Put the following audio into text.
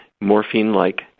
morphine-like